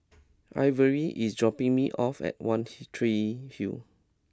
Ivory is dropping me off at One T Tree Hill